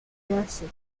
jersey